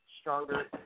stronger